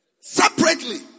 separately